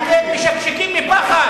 אתם משקשקים מפחד.